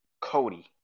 Cody